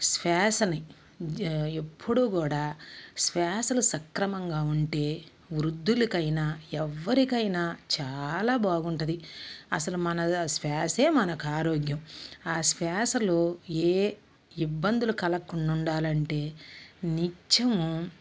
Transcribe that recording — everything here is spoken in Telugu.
శ్వాసని ఎప్పుడూ కూడా శ్వాసలో సక్రమంగా ఉంటే వృద్ధులకైనా ఎవ్వరికైనా చాలా బాగుంటుంది అసలు మన శ్వాసే మనక ఆరోగ్యం ఆ శ్వాసలో ఏ ఇబ్బందులు కలగకుండా ఉండాలంటే నిత్యము